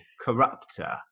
corrupter